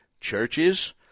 churches